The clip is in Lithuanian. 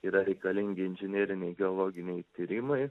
yra reikalingi inžineriniai geologiniai tyrimai